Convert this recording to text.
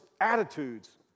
attitudes